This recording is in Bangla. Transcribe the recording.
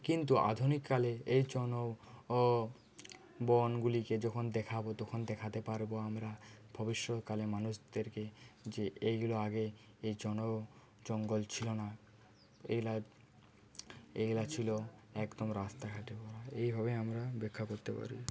কিন্তু আধুনিক কালে এর জন্য ও বনগুলিকে যখন দেখাবো তখন দেখাতে পারবো আমরা ভবিষ্যৎ কালের মানুষদেরকে যে এইগুলো আগে এ জন জঙ্গল ছিলো না এগুলো এগুলো ছিল একদম রাস্তা ঘাটও এইভাবে আমরা ব্যাখ্যা করতে পারি